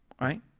right